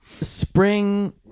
spring